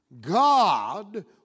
God